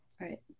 Right